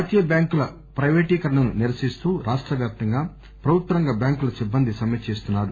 జాతీయ బ్యాంకుల ప్రైవేటీకరణను నిరసిస్తూ రాష్ట వ్యాప్తంగా ప్రభుత్వ రంగ బ్యాంకుల సిబ్బంది సమ్మె చేస్తున్నారు